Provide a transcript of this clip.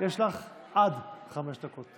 יש לך עד חמש דקות.